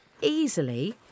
easily